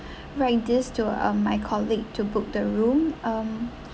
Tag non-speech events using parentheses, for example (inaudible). write this to um my colleague to book the room um (breath)